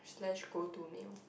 slash go to mim